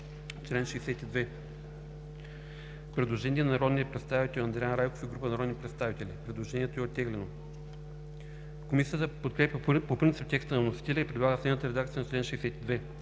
предложение на народния представител Андриан Райков и група народни представители. Предложението е оттеглено. Комисията подкрепя по принцип текста на вносителя и предлага следната редакция на чл.